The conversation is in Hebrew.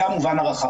זה המובן הרחב.